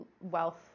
wealth